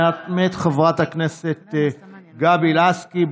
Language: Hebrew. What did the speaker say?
מאת חברת הכנסת גבי לסקי,